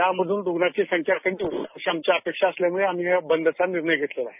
यामधून रुग्णांची संख्या कमी होईल अशी आमची अपेक्षा असल्यामुळे आम्ही या बंदचा निर्णय घेतलेला आहे